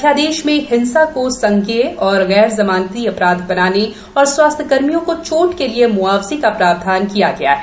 अध्यादेश में हिंसा को संज्ञेय और गैर जमानती अपराध बनाने और स्वास्थ्यकर्मियों को चोट के लिए मुआवजे का प्रावधान किया गया है